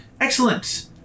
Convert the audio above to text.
Excellent